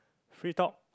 free talk